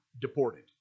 Deported